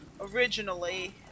originally